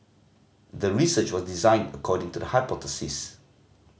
the research was designed according to the hypothesis